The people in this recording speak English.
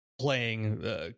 playing